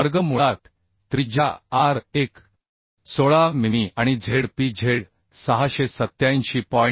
वर्गमुळात त्रिज्या R 1 16 मिमी आणि ZpZ 687